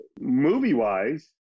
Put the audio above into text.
Movie-wise